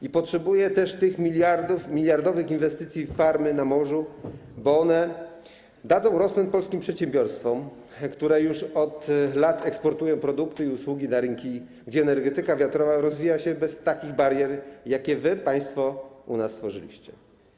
I potrzebuje też tych miliardów, miliardowych inwestycji w farmy na morzu, bo one dadzą rozpęd polskim przedsiębiorstwom, które już od lat eksportują produkty i usługi na rynki, gdzie energetyka wiatrowa rozwija się bez takich barier, jakie wy, państwo, u nas stworzyliście.